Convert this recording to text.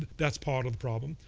that's part of the problem.